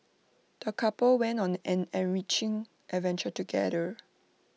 the couple went on an enriching adventure together